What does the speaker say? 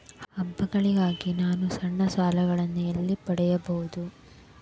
ಹಬ್ಬಗಳಿಗಾಗಿ ನಾನು ಸಣ್ಣ ಸಾಲಗಳನ್ನು ಎಲ್ಲಿ ಪಡೆಯಬಹುದು?